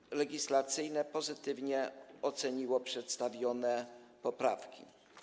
Biuro Legislacyjne pozytywnie oceniło przedstawione poprawki.